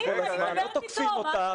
לא תוקפים אותך,